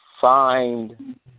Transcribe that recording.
find